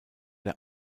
der